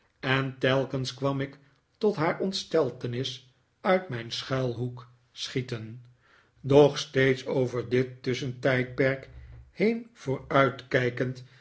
en telkens kwam ik tot haar ontsteltenis uit mijn schuilhoek schieten doch steeds over dit tusschentijdperk heen